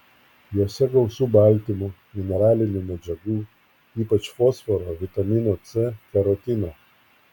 juose gausu baltymų mineralinių medžiagų ypač fosforo vitamino c karotino